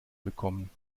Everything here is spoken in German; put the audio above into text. bekommen